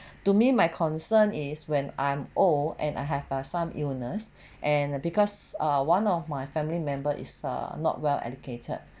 to me my concern is when I'm old and I have uh some illness and because uh one of my family member is err not well educated